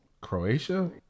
Croatia